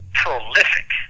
prolific